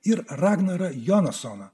ir ragino rajono zoną